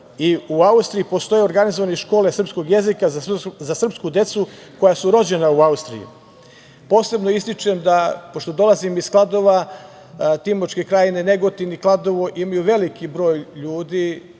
U Austriji postoje organizovane škole srpskog jezika za srpsku decu koja su rođena u Austriji. Posebno ističem da, pošto dolazim iz Kladova, Timočka krajina, Negotin i Kladovo imaju veliki broj ljudi,